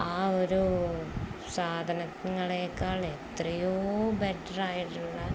ആ ഒരു സാധനങ്ങളേക്കാൾ എത്രയോ ബെറ്ററായിട്ടുള്ള